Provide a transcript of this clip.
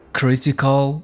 critical